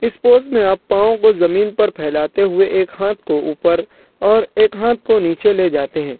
اس pose میں آپ پاؤں کو زمین پر پھیلاتے ہوئے ایک ہاتھ کو اوپر اور ایک ہاتھ کو نیچے لے جاتے ہیں